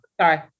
sorry